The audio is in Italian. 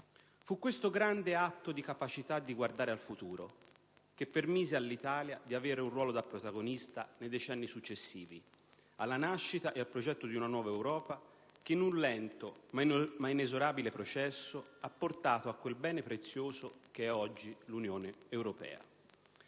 Fu questo grande atto di capacità di guardare al futuro che permise all'Italia di avere un ruolo da protagonista nei decenni successivi e di partecipare alla nascita del progetto di una nuova Europa che, in un lento ma inesorabile processo, ha portato a quel bene prezioso rappresentato oggi dall'Unione europea.